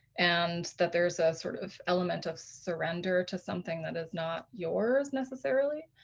and that there's a sort of element of surrender to something that is not yours necessarily.